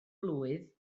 blwydd